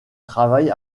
travaille